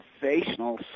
sensational